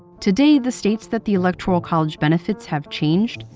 today, the states that the electoral college benefits have changed,